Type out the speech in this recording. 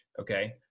Okay